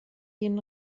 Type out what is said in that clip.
den